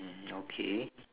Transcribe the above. okay